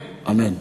אמן.